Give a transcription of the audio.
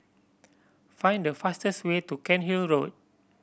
find the fastest way to Cairnhill Road